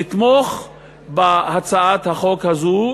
לתמוך בהצעת החוק הזו,